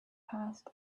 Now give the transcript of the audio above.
passed